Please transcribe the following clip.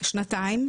שנתיים.